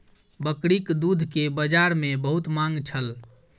बकरीक दूध के बजार में बहुत मांग छल